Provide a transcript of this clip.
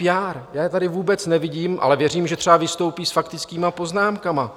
Já je tady vůbec nevidím, ale věřím, že třeba vystoupí s faktickými poznámkami.